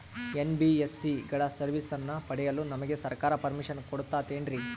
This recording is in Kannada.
ಎನ್.ಬಿ.ಎಸ್.ಸಿ ಗಳ ಸರ್ವಿಸನ್ನ ಪಡಿಯಲು ನಮಗೆ ಸರ್ಕಾರ ಪರ್ಮಿಷನ್ ಕೊಡ್ತಾತೇನ್ರೀ?